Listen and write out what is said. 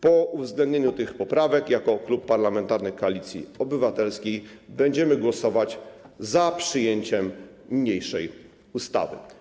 Po uwzględnieniu tych poprawek jako klub parlamentarny Koalicji Obywatelskiej będziemy głosować za przyjęciem niniejszej ustawy.